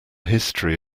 history